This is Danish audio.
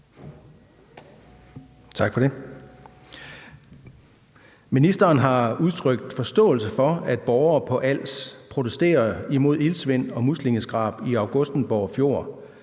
Ministeren har udtrykt forståelse for, at borgere på Als protesterer imod iltsvind og muslingeskrab i Augustenborg Fjord,